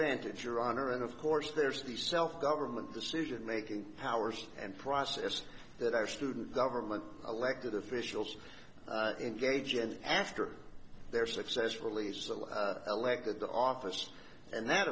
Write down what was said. advantage or honor and of course there's the self government decision making powers and process that our student government elected officials engage and after their successfully so elected the office and th